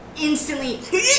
instantly